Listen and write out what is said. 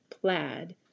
plaid